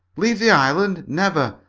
leave the island? never!